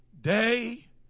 day